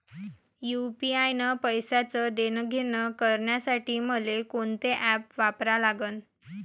UPI न पैशाचं देणंघेणं करासाठी मले कोनते ॲप वापरा लागन?